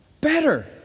better